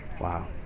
Wow